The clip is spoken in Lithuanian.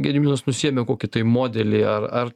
gediminas pasiėmė kokį tai modelį ar ar